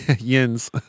Yin's